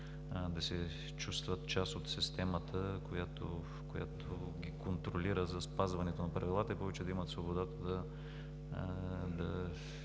да се чувстват част от системата, която ги контролира за спазването на правилата и повече да имат свобода, да